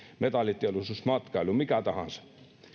metalliteollisuus matkailu mikä tahansa